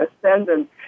ascendant